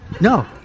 No